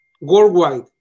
worldwide